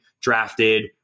drafted